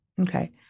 okay